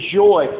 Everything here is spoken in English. joy